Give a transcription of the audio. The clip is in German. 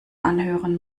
anhören